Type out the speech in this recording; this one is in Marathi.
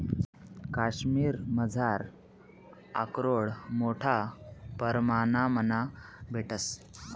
काश्मिरमझार आकरोड मोठा परमाणमा भेटंस